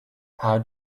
how